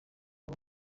abo